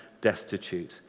destitute